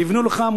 ויבנו לך,